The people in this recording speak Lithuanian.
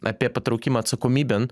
apie patraukimą atsakomybėn